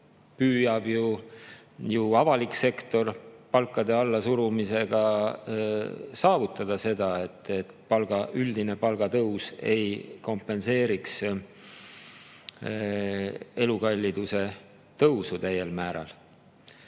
Vähemalt avalik sektor püüab palkade allasurumisega saavutada seda, et üldine palgatõus ei kompenseeriks elukalliduse tõusu täiel määral.